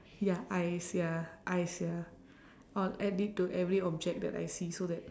ya eyes ya eyes ya I'll add it to every object that I see so that